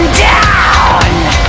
down